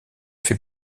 fait